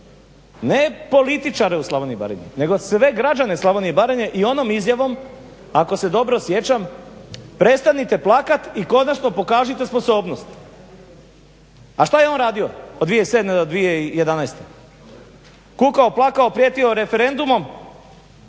ne političare u Slavoniji i Baranji nego sve građane Slavonije i Baranje i onom izjavom ako se dobro sjećam prestanite plakati i konačno pokažite sposobnost. A što je on radio od 2007. do 2011.? Kukao, plakao, prijetio referendumom